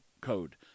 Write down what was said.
code